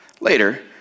Later